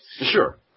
Sure